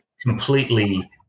completely